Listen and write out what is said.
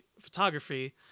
photography